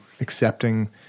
accepting